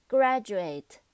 Graduate